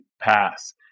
pass